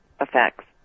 effects